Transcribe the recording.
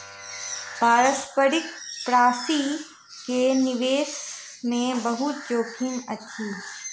पारस्परिक प्राशि के निवेश मे बहुत जोखिम अछि